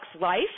life